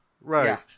Right